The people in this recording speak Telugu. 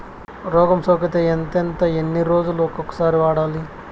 రోగం సోకితే ఎంతెంత ఎన్ని రోజులు కొక సారి వాడాలి?